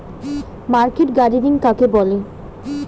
Market gardening কাকে বলে?